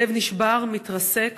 הלב נשבר, מתרסק.